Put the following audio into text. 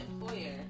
employer